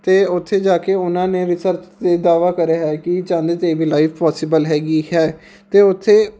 ਅਤੇ ਉੱਥੇ ਜਾ ਕੇ ਉਹਨਾਂ ਨੇ ਰਿਸਰਚ 'ਤੇ ਦਾਅਵਾ ਕਰਿਆ ਹੈ ਕਿ ਚੰਦ 'ਤੇ ਵੀ ਲਾਈਫ ਪੋਸੀਬਲ ਹੈਗੀ ਹੈ ਅਤੇ ਉੱਥੇ